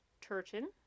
Turchin